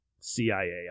CIA